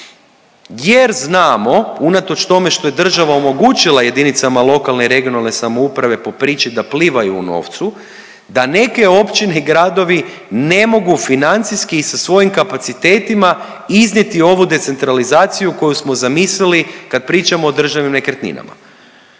jer znamo unatoč tome što je država omogućila JLRS po priči da plivaju u novcu, da neke općine i gradovi ne mogu financijski sa svojim kapacitetima iznijeti ovu decentralizaciju koju smo zamislili kad pričamo o državnim nekretninama.